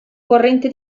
corrente